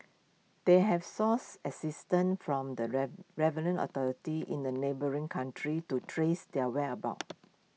they have sours assistance from the relevant authorities in the neighbouring countries to trace his whereabouts